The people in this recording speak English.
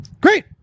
Great